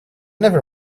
never